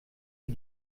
sie